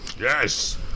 Yes